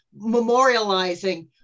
memorializing